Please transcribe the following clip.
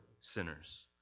sinners